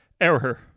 Error